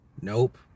nope